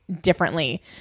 differently